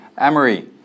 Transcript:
amory